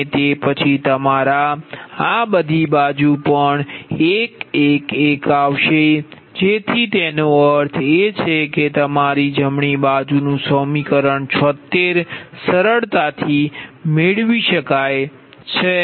અને તે પછી તમારા આ બધી બાજુ પણ 1 1 1 આવશે જેથી તેનો અર્થ એ કે તમારી જમણી બાજુનું સમીકરણ 76 સરળતાથી મેળવી શકાય છે